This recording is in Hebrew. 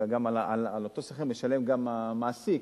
על אותו שכיר גם המעסיק משלם,